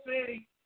city